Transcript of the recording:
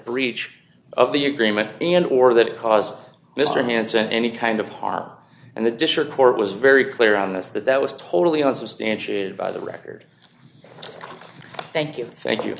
breach of the agreement and or that cause mr hanssen any kind of harm and the district court was very clear on this that that was totally unsubstantiated by the record thank you thank you